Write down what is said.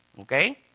Okay